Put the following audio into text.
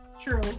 true